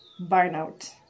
burnout